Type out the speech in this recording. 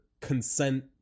consent